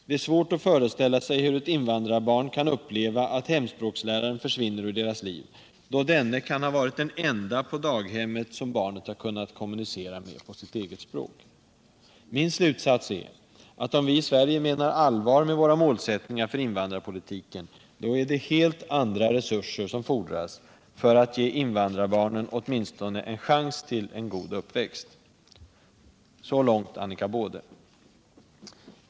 Det är svårt att föreställa sig hur ett invandrarbarn kan uppleva att hemspråksläraren försvinner ur deras liv, då denne kan ha varit den ende på daghemmet som barnet har kunnat kommunicera med på sitt eget språk. Min slutsats är att om vi i Sverige menar allvar med våra målsättningar för invandrarpolitiken, då är det helt andra resurser som fordras för att ge invandrarbarnen åtminstone en chans till en god uppväxt.” Så långt Annika Baude.